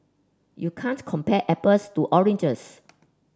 you can't compare apples to oranges